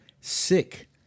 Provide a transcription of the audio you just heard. sick